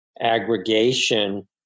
aggregation